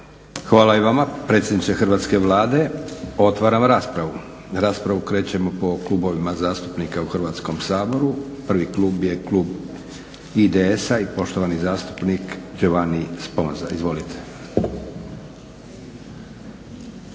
Hvala i vama predsjedniče Hrvatske Vlade. Otvaram raspravu. Raspravu krećemo po klubovima zastupnika u Hrvatskom saboru. Prvi klub je klub IDS-a i poštovani zastupnik Giovanni Sponza. Izvolite.